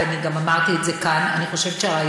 ואני גם אמרתי את זה כאן: אני חושבת שהרעיון